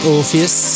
Orpheus